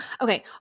Okay